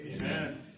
Amen